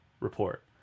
Report